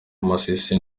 masisi